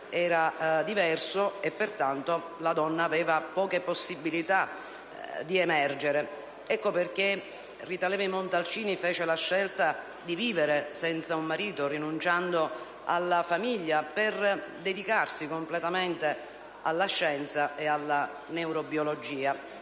era diverso e pertanto la donna aveva poche possibilità di emergere. Ecco perché Rita Levi-Montalcini fece la scelta di vivere senza un marito, rinunciando alla famiglia, per dedicarsi completamente alla scienza e alla neurobiologia.